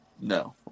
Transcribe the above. No